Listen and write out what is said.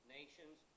nations